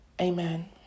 Amen